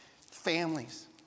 families